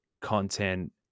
content